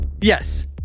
Yes